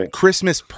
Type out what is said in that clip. christmas